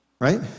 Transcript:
Right